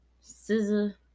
scissor